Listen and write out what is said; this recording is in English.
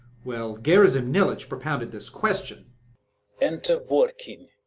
well, gerasim nilitch propounded this question enter borkin.